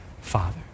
father